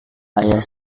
ayah